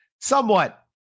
somewhat